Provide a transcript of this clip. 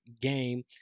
game